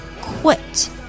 Quit